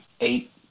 eight